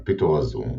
על פי תורה זו,